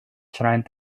trying